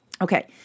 Okay